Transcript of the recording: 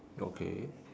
okay